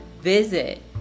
Visit